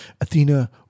Athena